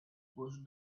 pushed